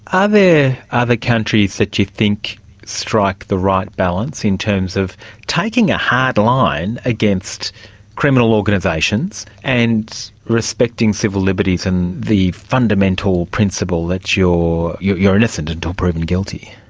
are there other countries that you think strike the right balance in terms of taking a hard line against criminal organisations and respecting civil liberties and the fundamental principle that you're you're innocent until proven guilty?